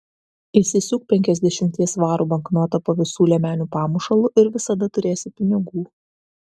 įsisiūk penkiasdešimties svarų banknotą po visų liemenių pamušalu ir visada turėsi pinigų